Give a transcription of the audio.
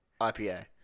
IPA